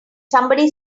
somebody